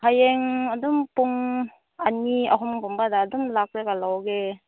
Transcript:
ꯍꯌꯦꯡ ꯑꯗꯨꯝ ꯄꯨꯝ ꯑꯅꯤ ꯑꯍꯨꯝꯒꯨꯝꯕꯗ ꯑꯗꯨꯝ ꯂꯥꯛꯂꯒ ꯂꯧꯒꯦ